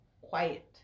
quiet